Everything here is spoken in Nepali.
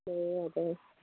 ए हजुर